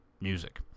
music